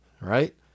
right